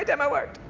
demo worked.